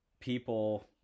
people